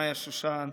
מאיה שושן,